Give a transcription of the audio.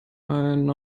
ein